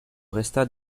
resta